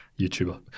YouTuber